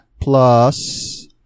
plus